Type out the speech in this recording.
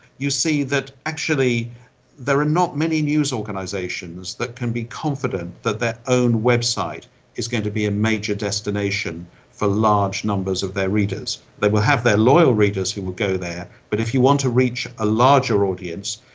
you see that actually there are not many news organisations that can be confident that their own website is going to be a major destination for large numbers of their readers. they will have their loyal readers who will go there, but if you want to reach a larger audience,